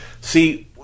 See –